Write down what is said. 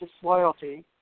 disloyalty